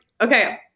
Okay